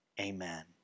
Amen